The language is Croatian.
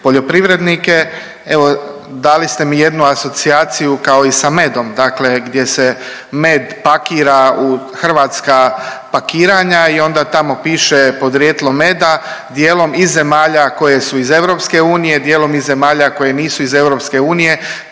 poljoprivrednike. Evo dali ste mi jednu asocijaciju kao i sa medom, dakle gdje se med pakira u hrvatska pakiranja i onda tamo piše podrijetlo meda, dijelom iz zemalja koje su iz EU, dijelom iz zemalja koje nisu iz EU tako da